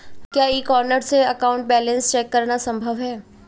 क्या e corner से account balance check करना संभव है?